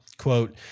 Quote